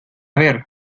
ver